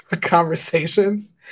conversations